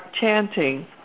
chanting